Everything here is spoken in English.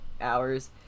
hours